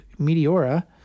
Meteora